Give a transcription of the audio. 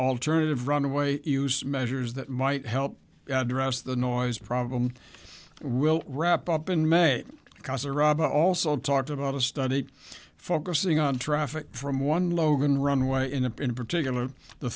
alternative runaway use measures that might help address the noise problem will wrap up in may cause a robin also talked about a study focusing on traffic from one logan runway in a particular the